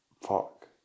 Fuck